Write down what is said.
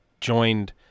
joined